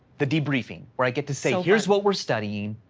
the debriefing where i get to say, here's what we're studying.